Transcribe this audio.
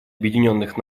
объединенных